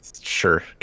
Sure